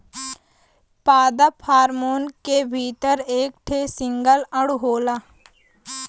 पादप हार्मोन के भीतर एक ठे सिंगल अणु होला